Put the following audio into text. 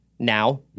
Now